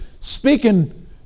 speaking